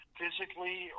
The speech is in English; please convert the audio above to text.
physically